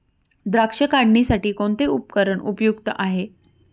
द्राक्ष काढणीसाठी कोणते उपकरण उपयुक्त आहे?